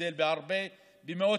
ההבדל אפילו פחות בהרבה מ-1,000 שקל,